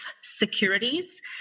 Securities